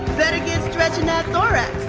better get stretching that thorax.